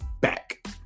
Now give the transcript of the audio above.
back